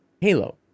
Halo